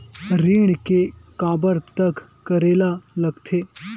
ऋण के काबर तक करेला लगथे?